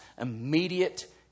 immediate